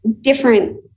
different